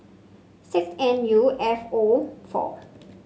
six N U F O four